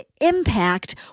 impact